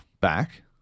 back